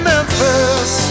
Memphis